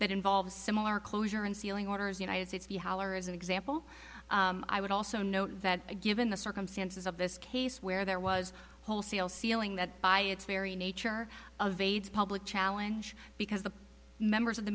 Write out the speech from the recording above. that involves similar closure and sealing orders united states as an example i would also note that given the circumstances of this case where there was wholesale sealing that by its very nature of aids public challenge because the members of the